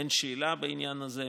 אין שאלה בעניין הזה.